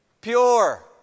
pure